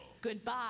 goodbye